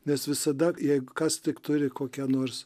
nes visada jei kas tik turi kokią nors